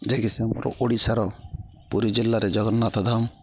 ଯିଏକିି ସେ ଆମର ଓଡ଼ିଶାର ପୁରୀ ଜିଲ୍ଲାରେ ଜଗନ୍ନାଥ ଧାମ